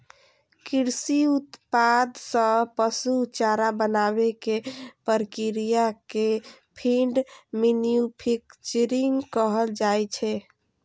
कृषि उत्पाद सं पशु चारा बनाबै के प्रक्रिया कें फीड मैन्यूफैक्चरिंग कहल जाइ छै